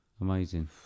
amazing